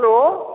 hello